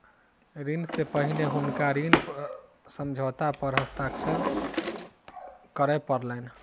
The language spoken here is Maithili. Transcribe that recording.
ऋण सॅ पहिने हुनका ऋण समझौता पर हस्ताक्षर करअ पड़लैन